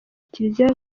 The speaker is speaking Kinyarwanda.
kiliziya